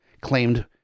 claimed